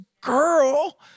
girl